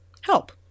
help